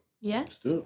Yes